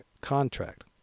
contract